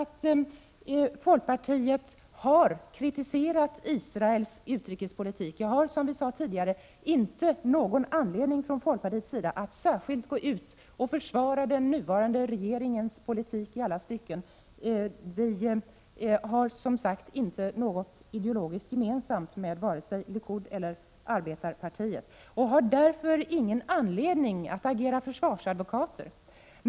1986/87:134 = folkpartiet har kritiserat Israels utrikespolitik. Som vi sade tidigare har vi 2 juni 1987 från folkpartiets sida inte någon anledning att i alla stycken särskilt gå ut och Cmos IL I, försvara den nuvarande regeringens politik. Vi har, som sagt, inte något ideologiskt gemensamt med vare sig Likud eller arbetarpartiet. Därför har vi inte heller någon anledning att agera försvarsadvokat.